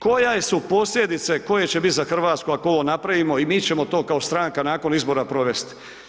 Koje su posljedice koje će biti za Hrvatsku, ako ovo napravimo i mi ćemo to kao stranka nakon izbora provesti.